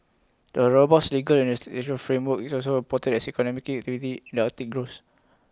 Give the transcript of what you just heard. the robust legal and framework is also important as economic activity in Arctic grows